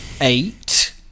eight